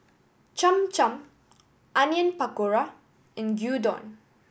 Cham Cham Onion Pakora and Gyudon